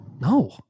No